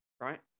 Right